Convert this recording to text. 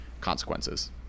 consequences